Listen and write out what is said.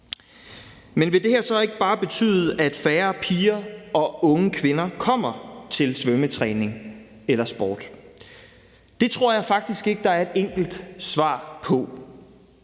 Men vil det her så ikke bare betyde, at færre piger og unge kvinder kommer til svømmetræning eller sport? Det tror jeg faktisk ikke der er et enkelt svar på.